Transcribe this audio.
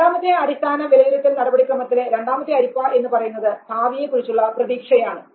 രണ്ടാമത്തെ അടിസ്ഥാന വിലയിരുത്തൽ നടപടിക്രമത്തിലെ രണ്ടാമത്തെ അരിപ്പ എന്ന് പറയുന്നത് ഭാവിയെക്കുറിച്ചുള്ള പ്രതീക്ഷയാണ്